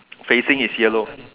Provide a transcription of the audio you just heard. facing is yellow